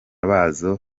bazo